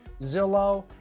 Zillow